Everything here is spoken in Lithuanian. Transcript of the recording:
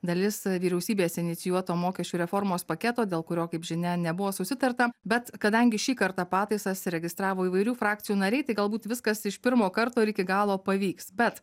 dalis vyriausybės inicijuoto mokesčių reformos paketo dėl kurio kaip žinia nebuvo susitarta bet kadangi šį kartą pataisas registravo įvairių frakcijų nariai tai galbūt viskas iš pirmo karto ir iki galo pavyks bet